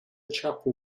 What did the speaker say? chapel